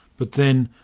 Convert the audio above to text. but then,